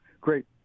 great